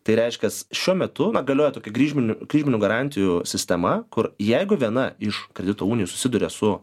tai reiškias šiuo metu galioja tokia kryžminių kryžminių garantijų sistema kur jeigu viena iš kredito unijų susiduria su